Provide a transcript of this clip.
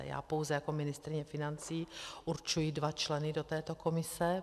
Já pouze jako ministryně financí určuji dva členy do této komise.